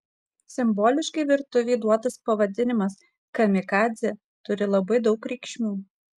simboliškai virtuvei duotas pavadinimas kamikadzė turi labai daug reikšmių